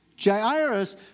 Jairus